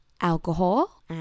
alcohol